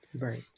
Right